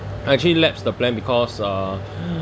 actually lapse the plan because uh